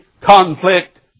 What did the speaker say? conflict